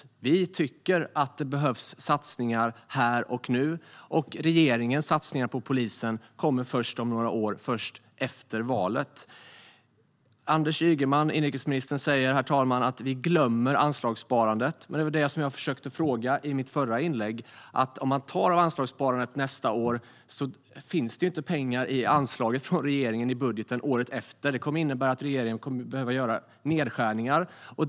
Kristdemokraterna tycker att det behövs satsningar här och nu, och regeringens satsningar på polisen kommer först om några år, efter valet. Inrikesminister Anders Ygeman säger, herr talman, att vi glömmer anslagssparandet. Men det var ju det jag försökte fråga om i mitt inlägg. Om man tar av anslagssparandet nästa år finns det ju inte pengar i anslaget från regeringen i budgeten året efter. Det kommer att innebära att polisen kommer att behöva göra nedskärningar.